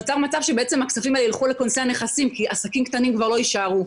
נוצר מצב שהכספים האלה ילכו לכונסי נכסים כי עסקים קטנים כבר לא יישארו.